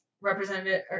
Representative